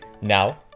now